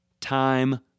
time